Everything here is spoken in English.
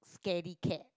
scared cat